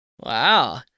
wow